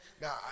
Now